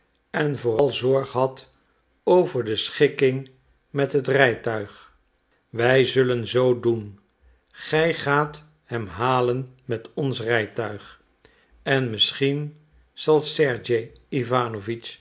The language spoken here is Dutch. en vooral zorg had over de schikking met het rijtuig wij zullen zoo doen gij gaat hem halen met ons rijtuig en misschien zal sergej